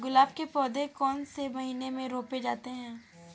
गुलाब के पौधे कौन से महीने में रोपे जाते हैं?